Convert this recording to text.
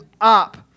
up